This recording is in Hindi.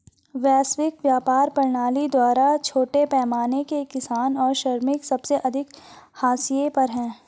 वैश्विक व्यापार प्रणाली द्वारा छोटे पैमाने के किसान और श्रमिक सबसे अधिक हाशिए पर हैं